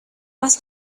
más